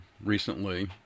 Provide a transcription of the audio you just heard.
recently